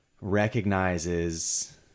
recognizes